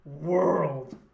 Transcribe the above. world